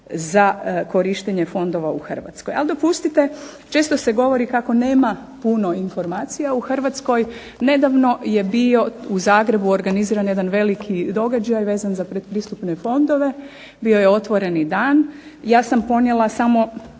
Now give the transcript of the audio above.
za korištenje fondova u Hrvatskoj. Ali dopustite, često se govori kako nema puno informacija u Hrvatskoj. Nedavno je bio u Zagrebu organiziran jedan veliki događaj vezan za pretpristupne fondove, bio je otvoreni dan. Ja sam ponijela samo